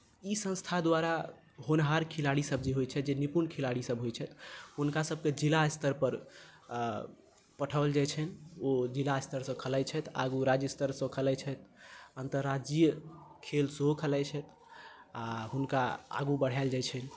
ई संस्था द्वारा होनहार खिलाड़ीसभ जे होइत छथि जे निपुण खिलाड़ीसभ होइत छथि हुनकासभकेँ जिला स्तरपर पठाओल जाइत छनि ओ जिला स्तरसँ खेलाइत छथि आगू राज्य स्तरसँ खेलाइत छथि अन्तर्राज्यीय खेल सेहो खेलाइत छथि आ हुनका आगू बढ़ाएल जाइत छनि